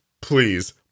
please